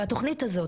התוכנית הזאת,